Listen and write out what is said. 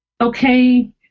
okay